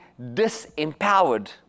disempowered